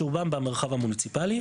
שרובם במרחב המוניציפלי.